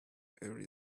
every